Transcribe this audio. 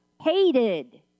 hated